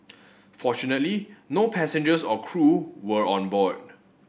fortunately no passengers or crew were on board